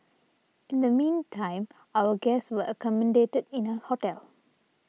in the meantime our guests were accommodated in a hotel